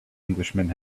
englishman